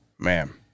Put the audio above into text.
Man